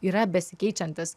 yra besikeičiantis